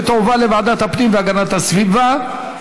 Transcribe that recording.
ותועבר לוועדת הפנים והגנת הסביבה,